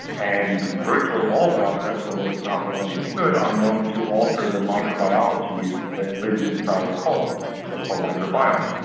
and virtually all bowel preps, although it is not well understood, are known to alter the microbiology that lives inside the colon, the so-called microbiome.